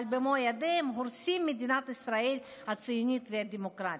אבל במו ידיהם הורסים את מדינת ישראל הציונית והדמוקרטית.